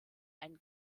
einen